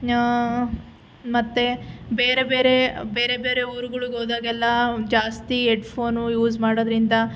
ಮತ್ತೆ ಬೇರೆ ಬೇರೆ ಬೇರೆ ಬೇರೆ ಊರುಗಳಿಗೆ ಹೋದಾಗೆಲ್ಲ ಜಾಸ್ತಿ ಎಡ್ಫೋನು ಯೂಸ್ ಮಾಡೋದ್ರಿಂದ